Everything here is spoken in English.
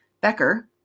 Becker